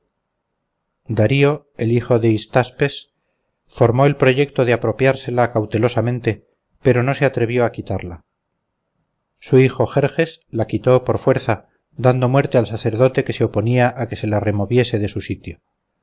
darío el hijo de histaspes formó el proyecto de apropiársela cautelosamente pero no se atrevió a quitarla su hijo jerjes la quitó por fuerza dando muerte al sacerdote que se oponía a que se la removiese de su sitio